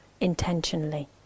intentionally